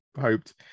hoped